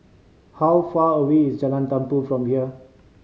how far away is Jalan Tumpu from here